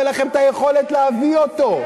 אין לכם יכולת להביא אותו.